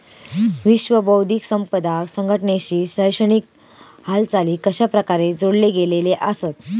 विश्व बौद्धिक संपदा संघटनेशी शैक्षणिक हालचाली कशाप्रकारे जोडले गेलेले आसत?